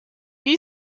you